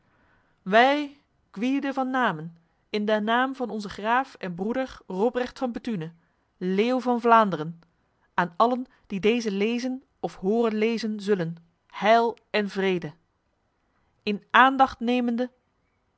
wij gwyde van namen in de naam van onze graaf en broeder robrecht van bethune leeuw van vlaanderen aan allen die deze lezen of horen lezen zullen heil en vrede in aandacht nemende